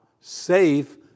safe